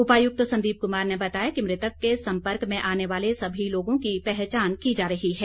उपायुक्त संदीप कुमार ने बताया कि मृतक के सम्पर्क में आने वाले सभी लोगों की पहचान की जा रही है